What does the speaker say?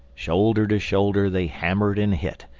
shoulder to shoulder, they hammered and hit.